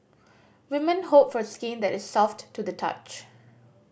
women hope for skin that is soft to the touch